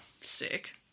Sick